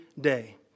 day